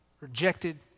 Rejected